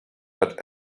but